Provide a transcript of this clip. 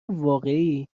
واقعی